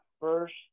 first